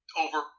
over